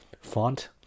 font